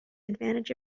advantage